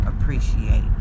appreciate